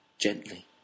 gently